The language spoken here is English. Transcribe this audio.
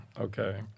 Okay